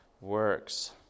works